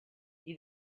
you